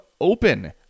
open